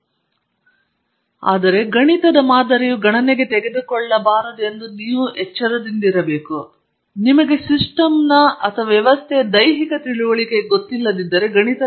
ಗಣಿತದ ಮಾದರಿ ಮತ್ತು ಸಿಮ್ಯುಲೇಶನ್ ಇದು ಒಂದು ಮುಖ್ಯವಾದ ಭಾಗವಾಗಿದೆ ಆದರೆ ಗಣಿತದ ಮಾದರಿಯು ಗಣನೆಗೆ ತೆಗೆದುಕೊಳ್ಳಬಾರದು ಎಂದು ನೀವು ಎಚ್ಚರಿಸಲೇಬೇಕು ನಿಮಗೆ ಸಿಸ್ಟಮ್ನ ದೈಹಿಕ ತಿಳುವಳಿಕೆ ಇಲ್ಲದಿದ್ದರೆ